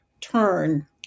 turn